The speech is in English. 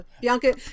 Bianca